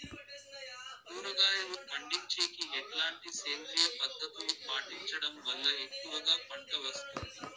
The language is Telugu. కూరగాయలు పండించేకి ఎట్లాంటి సేంద్రియ పద్ధతులు పాటించడం వల్ల ఎక్కువగా పంట వస్తుంది?